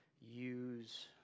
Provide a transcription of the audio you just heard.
use